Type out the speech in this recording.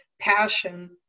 passion